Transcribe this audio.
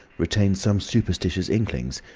retain some superstitious inklings.